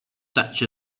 such